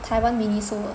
台湾 Miniso